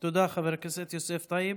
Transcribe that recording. תודה, חבר הכנסת יוסף טייב.